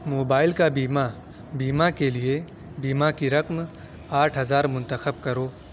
mobile کا بیمہ بیمہ کے لیے بیمہ کی رقم آٹھ ہزار منتخب کرو